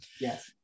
Yes